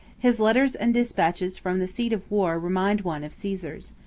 his letters and dispatches from the seat of war remind one of caesar's.